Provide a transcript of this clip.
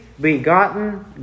begotten